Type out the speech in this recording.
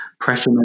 pressure